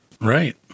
Right